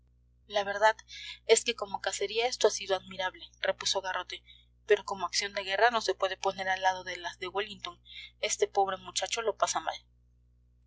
la verdad es que como cacería esto ha sido admirable repuso garrote pero como acción de guerra no se puede poner al lado de las de wellington ese pobre muchacho lo pasa mal